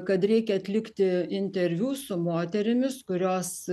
kad reikia atlikti interviu su moterimis kurios